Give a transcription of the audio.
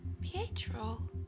Pietro